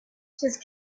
just